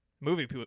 Movie